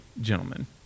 gentlemen